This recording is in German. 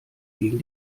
gegen